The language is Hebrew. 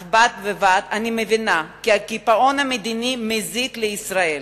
אך בד בבד אני מבינה כי הקיפאון המדיני מזיק לישראל.